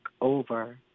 over